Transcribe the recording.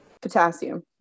potassium